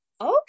okay